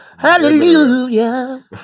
Hallelujah